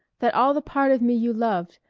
that all the part of me you loved,